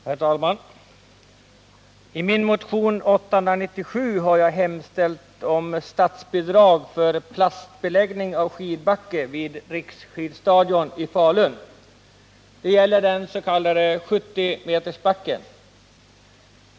Herr talman! I min motion 897 har jag hemställt om statsbidrag till plastbeläggning av skidbacke vid Riksskidstadion i Falun. Det gäller den s.k. 70-metersbacken.